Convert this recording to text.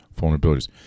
vulnerabilities